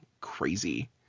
crazy